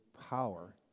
power